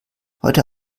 heute